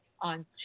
on